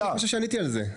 אני חושב שעניתי על זה.